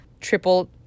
triple